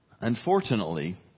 Unfortunately